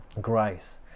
grace